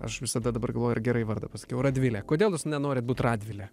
aš visada dabar galvoju ar gerai vardą paskiau radvile kodėl nenorit būt radvile